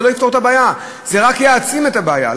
זה לא יפתור את הבעיה, זה רק יעצים את הבעיה.